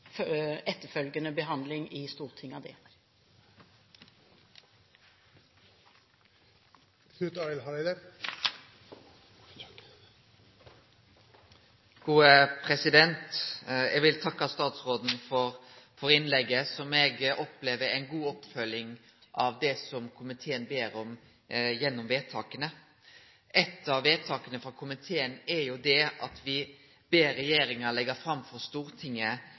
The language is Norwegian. behandling av den i Stortinget kan også være aktuelt. Eg vil takke statsråden for innlegget, som eg opplever er ei god oppfølging av det som komiteen ber om gjennom vedtaka. Eit av forslaga til vedtak frå komiteen er å be regjeringa leggje fram for Stortinget